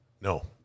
No